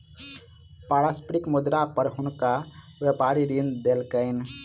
पारस्परिक मुद्रा पर हुनका व्यापारी ऋण देलकैन